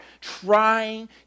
trying